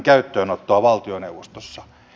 arvoisa puhemies